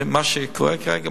מה שקורה כרגע,